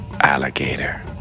alligator